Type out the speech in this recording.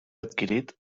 adquirit